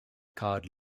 card